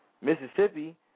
Mississippi